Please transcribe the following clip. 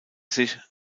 sich